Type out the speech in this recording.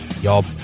y'all